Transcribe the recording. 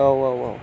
औ औ औ